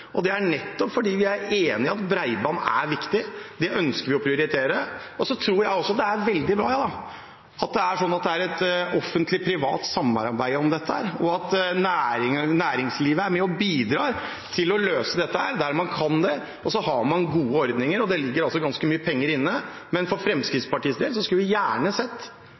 Det er nettopp fordi vi er enig i at bredbånd er viktig. Det ønsker vi å prioritere. Jeg tror også det er veldig bra at det er et offentlig-privat samarbeid om dette. Næringslivet er med og bidrar til å løse det der man kan, og så har man gode ordninger. Det ligger ganske mye penger inne. For Fremskrittspartiets del skulle vi gjerne sett